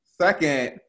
Second